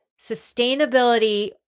sustainability